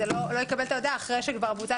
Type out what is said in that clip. והוא לא יקבל את ההודעה אחרי שכבר בוצע